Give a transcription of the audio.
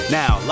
now